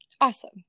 Awesome